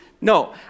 No